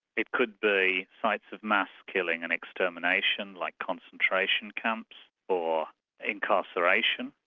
it could be sites of mass killing and extermination like concentration camps or incarceration.